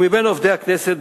ומבין עובדי הכנסת,